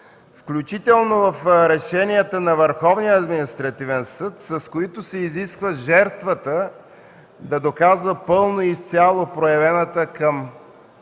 включително в решенията на Върховния административен съд, с които се изисква жертвата да доказва пълно и изцяло проявената към